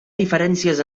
diferències